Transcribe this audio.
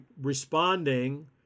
responding